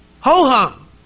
ho-hum